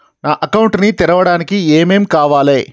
నా అకౌంట్ ని తెరవడానికి ఏం ఏం కావాలే?